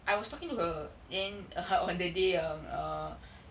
I was talking to her then on the day yang err